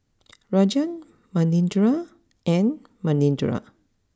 Rajan Manindra and Manindra